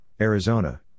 Arizona